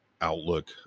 outlook